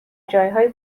جایهای